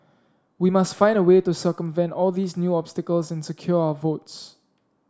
we must find a way to circumvent all these new obstacles and secure our votes